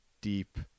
deep